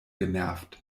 genervt